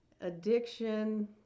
Addiction